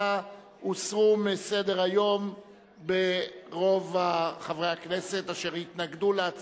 הוסרה מסדר-היום ברוב חברי הכנסת אשר התנגדו לה.